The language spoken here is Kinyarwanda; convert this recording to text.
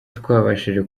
twabashije